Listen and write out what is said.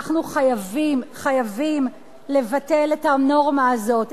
אנחנו חייבים, חייבים, לבטל את הנורמה הזאת.